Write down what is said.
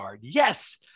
yes